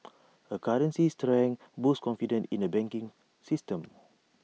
A currency's strength boosts confidence in the banking system